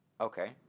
Okay